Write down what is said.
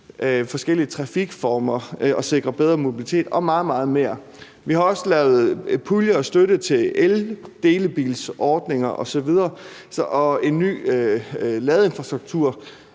forskellige trafikformer og sikre bedre mobilitet og meget, meget mere. Vi har også lavet en pulje og givet støtte til eldelebilsordninger osv. og en ny ladeinfrastruktur